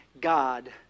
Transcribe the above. God